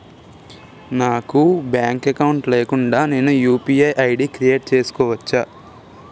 నాకు bank account లేకుండా నేను యు.పి.ఐ ఐ.డి క్రియేట్ చేసుకోవచ్చా?